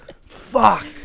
Fuck